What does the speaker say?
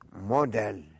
model